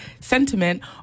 sentiment